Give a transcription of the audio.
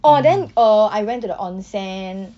orh then uh I went to the onsen